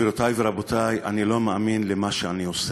גבירותי ורבותי, אני לא מאמין למה שאני עושה.